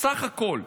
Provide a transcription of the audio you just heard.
בסך הכול.